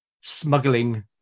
smuggling